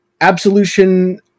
Absolution